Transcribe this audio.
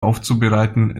aufzubereiten